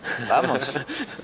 vamos